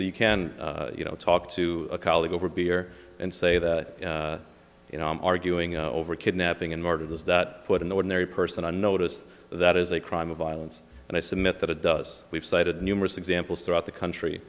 that you can you know talk to a colleague over a beer and say that you know arguing over kidnapping and murder does that put an ordinary person i noticed that is a crime of violence and i submit that it does we've cited numerous examples throughout the country